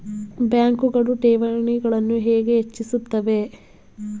ಬ್ಯಾಂಕುಗಳು ಠೇವಣಿಗಳನ್ನು ಹೇಗೆ ಹೆಚ್ಚಿಸುತ್ತವೆ?